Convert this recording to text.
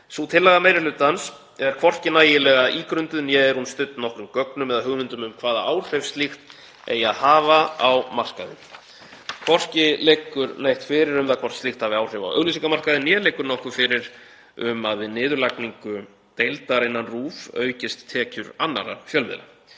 Sú tillaga meiri hlutans er hvorki nægilega ígrunduð né er hún studd nokkrum gögnum eða hugmyndum um hvaða áhrif slíkt eigi að hafa á markaðinn. Hvorki liggur neitt fyrir um það hvort slíkt hafi áhrif á auglýsingamarkaðinn né liggur nokkuð fyrir um að við niðurlagningu deildar innan RÚV aukist tekjur annarra fjölmiðla.